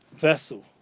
vessel